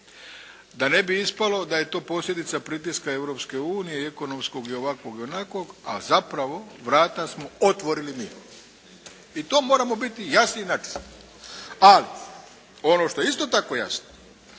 da ne bi ispalo da je to posljedica pritiska Europske unije i ekonomskog i ovakvog i onakvog, a zapravo vrata smo otvorili mi. I to moramo biti jasni i načisto. Ali ono što je isto tako jasno